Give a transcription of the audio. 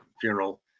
funeral